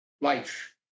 life